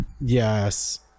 Yes